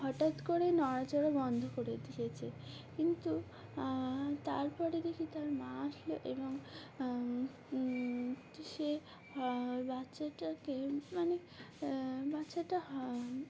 হঠাৎ করে নড়াচড়া বন্ধ করে দিয়েছে কিন্তু তারপরে দেখি তার মা আসলো এবং সে বাচ্চাটাকে মানে বাচ্চাটা